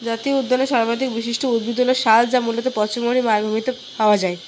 জাতীয় উদ্যানের সর্বাধিক বিশিষ্ট উদ্ভিদ হলো শাল যা মূলত পশ্চিমবঙ্গের মালভূমিতে পাওয়া যায়